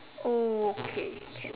okay can